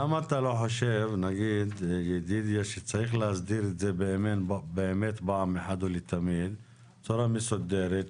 למה אתה לא חושב שצריך להסדיר את זה פעם אחת ולתמיד בצורה מסודרת,